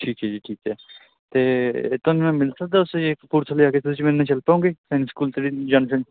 ਠੀਕ ਹੈ ਜੀ ਠੀਕ ਹੈ ਅਤੇ ਤੁਹਾਨੂੰ ਮੈਂ ਮਿਲ ਸਕਦਾ ਸੀ ਕਪੂਰਥਲੇ ਆ ਕੇ ਤੁਸੀਂ ਮੇਰੇ ਨਾਲ ਚੱਲ ਪਾਉਂਗੇ ਸਕੂਲ ਜਾਂਦੇ ਜਾਂਦੇ